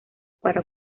para